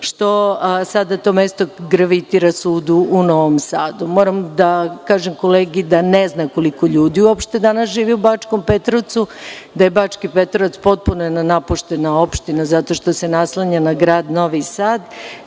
što sada to mesto gravitira sudu u Novom Sadu. Moram da kažem kolegi, da ne zna koliko ljudi uopšte živi u Bačkom Petrovcu. Da je Bački Petrovac potpuno jedna napuštena opština zato što se naslanja na grad Novi Sad.